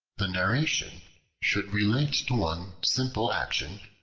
the narration should relate to one simple action,